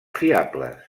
fiables